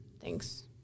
thanks